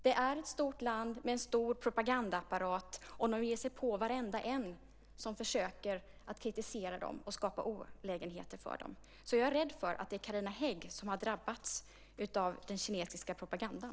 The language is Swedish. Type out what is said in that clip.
Det är ett stort land med en stor propagandaapparat som ger sig på varenda en som försöker att kritisera, och de skapar olägenheter för falungonganhängare. Jag är rädd för att det är Carina Hägg som har drabbats av den kinesiska propagandan.